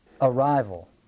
arrival